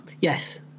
yes